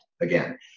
again